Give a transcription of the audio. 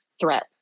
threat